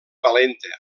valenta